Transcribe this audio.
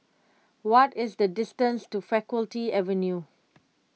what is the distance to Faculty Avenue